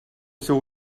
seu